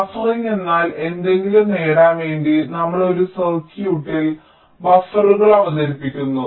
buffering എന്നാൽ എന്തെങ്കിലും നേടാൻ വേണ്ടി നമ്മൾ ഒരു സർക്യൂട്ടിൽ ബഫറുകൾ അവതരിപ്പിക്കുന്നു